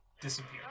disappear